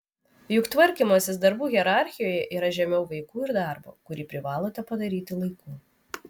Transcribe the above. juk tvarkymasis darbų hierarchijoje yra žemiau vaikų ir darbo kurį privalote padaryti laiku